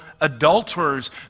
adulterers